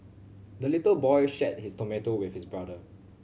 the little boy shared his tomato with his brother